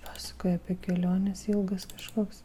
pasakojo apie kelionės ilgas kažkoks